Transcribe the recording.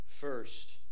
first